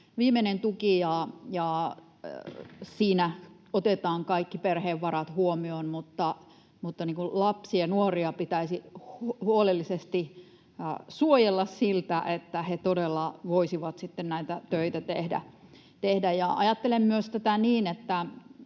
viimeinen tuki ja siinä otetaan kaikki perheen varat huomioon, niin lapsia ja nuoria pitäisi huolellisesti suojella niin, että he todella voisivat sitten näitä töitä tehdä. Ajattelen myös niin,